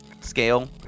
scale